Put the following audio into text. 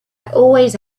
always